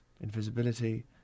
invisibility